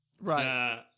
right